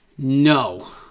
No